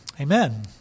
Amen